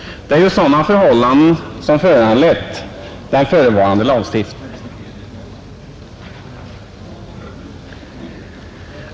Det är ju sådana förhållanden som föranlett den föreslagna lagstiftningen.